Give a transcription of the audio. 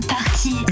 Party